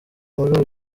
muri